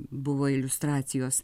buvo iliustracijos